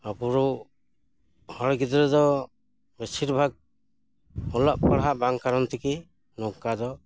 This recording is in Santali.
ᱟᱵᱚ ᱨᱩ ᱦᱚᱲ ᱜᱤᱫᱽᱨᱟᱹ ᱫᱚ ᱵᱮᱥᱤᱨᱵᱷᱟᱜᱽ ᱚᱞᱚᱜ ᱯᱟᱲᱟᱦᱟᱜ ᱵᱟᱝ ᱠᱟᱨᱚᱱ ᱛᱮᱜᱮ ᱱᱚᱝᱠᱟ ᱫᱚ